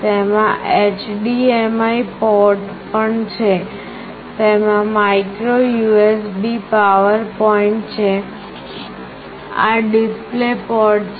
તેમાં HDMI port પણ છે તેમાં માઇક્રો USB પાવર પૉઇન્ટ છે આ ડિસ્પ્લે પોર્ટ છે